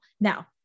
Now